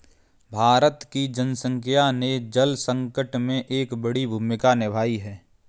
भारत की जनसंख्या ने जल संकट में एक बड़ी भूमिका निभाई है